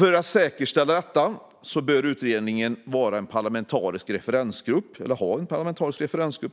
För att säkerställa detta bör utredningen ha en parlamentarisk referensgrupp